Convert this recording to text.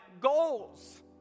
goals